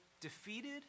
defeated